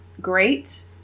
great